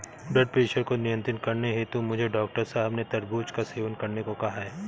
blood pressure को नियंत्रित करने हेतु मुझे डॉक्टर साहब ने तरबूज का सेवन करने को कहा है